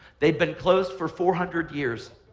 they'd been closed for four hundred years.